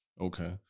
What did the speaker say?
Okay